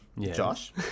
Josh